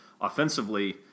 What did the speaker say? Offensively